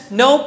no